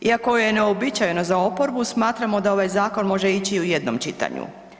Iako je neuobičajeno za oporbu smatramo da ovaj zakon može ići u jednom čitanju.